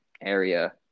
area